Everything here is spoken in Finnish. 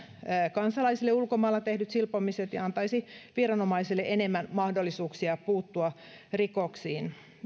kansalaisille ulkomailla tehdyt silpomiset ja antaisi viranomaisille enemmän mahdollisuuksia puuttua rikoksiin